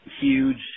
huge